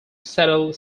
settle